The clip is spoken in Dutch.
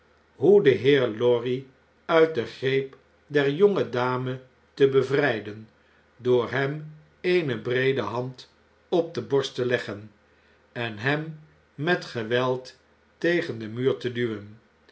den heer lorry uit den greep der jongedame te bevrijden door hem eene breede hand op de borst te leggen en hem met geweld tegen den muur te duwen